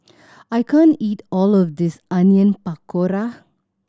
I can't eat all of this Onion Pakora